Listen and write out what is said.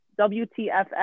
WTF